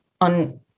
on